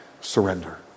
surrender